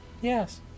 Yes